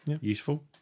useful